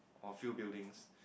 or few buildings